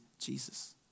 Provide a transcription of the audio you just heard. Jesus